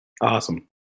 Awesome